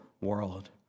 world